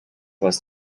less